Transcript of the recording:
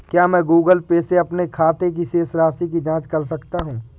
क्या मैं Google Pay से अपने खाते की शेष राशि की जाँच कर सकता हूँ?